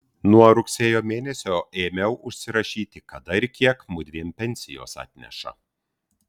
nuo rugsėjo mėnesio ėmiau užsirašyti kada ir kiek mudviem pensijos atneša